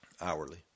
Hourly